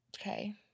okay